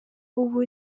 ubu